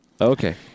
Okay